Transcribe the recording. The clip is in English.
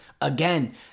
again